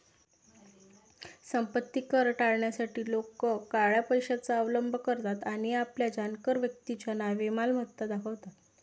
संपत्ती कर टाळण्यासाठी लोक काळ्या पैशाचा अवलंब करतात आणि आपल्या जाणकार व्यक्तीच्या नावे मालमत्ता दाखवतात